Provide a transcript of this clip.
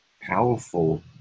powerful